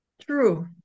True